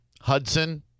Hudson